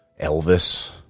Elvis